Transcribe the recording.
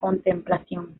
contemplación